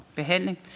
behandling